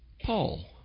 Paul